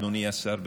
אדוני השר,